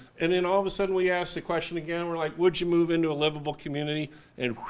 and then all of a sudden we ask the question again, we're like, would you move into a liveable community and